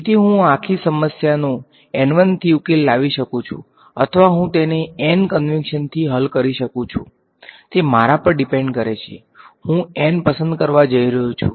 તેથી હું આખી સમસ્યાનો થી ઉકેલ લાવી શકું છું અથવા હું તેને કંવેંશન થી હલ કરી શકું છું તે મારા પર ડીપેંડ કરે છે હું પસંદ કરવા જઈ રહ્યો છું